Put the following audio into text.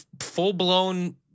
full-blown